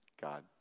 God